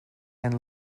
and